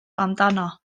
amdano